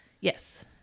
Yes